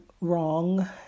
wrong